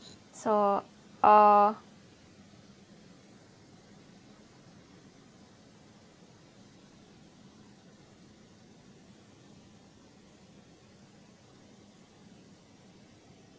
so uh